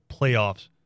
playoffs